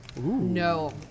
No